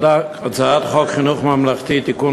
הצעת חוק חינוך ממלכתי (תיקון,